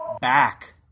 back